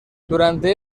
durante